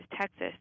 Texas